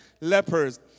lepers